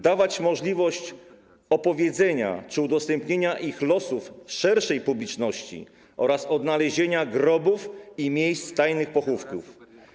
Dawać możliwość opowiedzenia czy udostępnienia ich losów szerszej publiczności oraz odnalezienia grobów i miejsc tajnych pochówków.